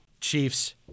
Chiefs